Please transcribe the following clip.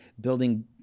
building